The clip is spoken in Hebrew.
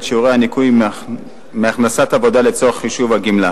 את שיעורי הניכוי מהכנסת עבודה לצורך חישוב הגמלה,